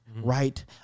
right